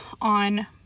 on